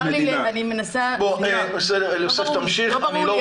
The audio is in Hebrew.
צר לי, לא ברור לי